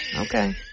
Okay